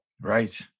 Right